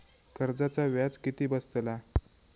कर्जाचा व्याज किती बसतला?